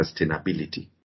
sustainability